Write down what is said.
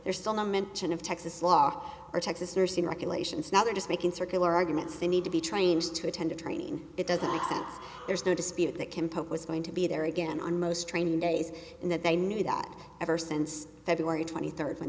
there's still no mention of texas law or texas nursing regulations now they're just making circular arguments they need to be trains to attend to training it doesn't like that there's no dispute that can poke was going to be there again on most training days and that they knew that ever since february twenty third when